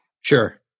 Sure